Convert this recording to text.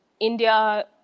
India